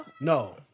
No